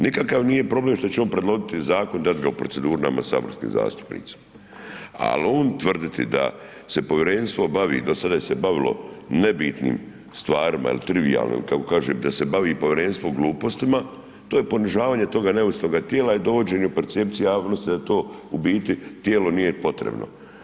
Nikakav nije problem što će on predložiti zakon, dat ga u proceduru nama saborskim zastupnicima, ali on tvrditi da se povjerenstvo bavi, do sada se je bavilo nebitnim stvarima il trivijalnim, kako kaže da se bavi povjerenstvo glupostima to je ponižavanje toga neovisnoga tijela i dovođenja u percepciji javnosti da u biti tijelo nije potrebno.